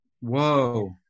Whoa